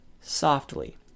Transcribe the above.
softly